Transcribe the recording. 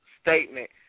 statement